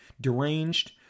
deranged